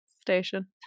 Station